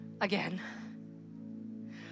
again